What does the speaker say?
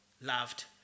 loved